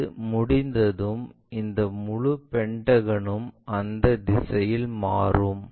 அது முடிந்ததும் இந்த முழு பென்டகனும் அந்த திசையில் மாறும்